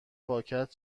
پاکت